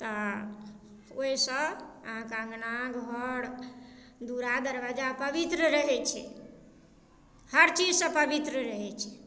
तऽ ओइसँ अहाँके अङ्गना घर दूरा दरवाजा पवित्र रहै छै हर चीजसँ पवित्र रहै छै